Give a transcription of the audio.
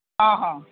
हां हां